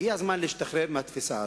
הגיע הזמן להשתחרר מהתפיסה הזאת.